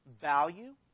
value